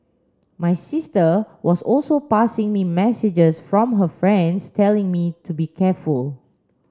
my sister was also passing me messages from her friends telling me to be careful